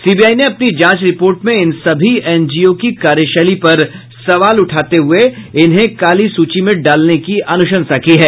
CBI ने अपनी जांच रिपोर्ट में इन सभी एनजीओ की कार्यशैली पर सवाल उठाते हुये इनको काली सूची में डालने की अनुशंसा की है